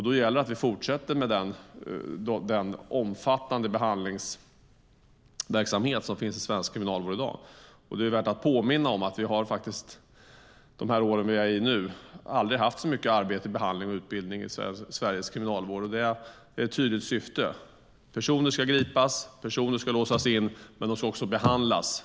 Då gäller det att vi fortsätter med den omfattande behandlingsverksamhet som finns i svensk kriminalvård i dag. Det är värt att påminna om att vi faktiskt aldrig haft så mycket arbete som nu med behandling och utbildning i svensk kriminalvård. Det har ett tydligt syfte. Personer ska gripas och låsas in, men de ska också behandlas.